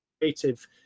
creative